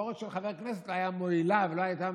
משכורת של חבר כנסת לא הייתה מועילה ולא הייתה